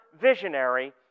visionary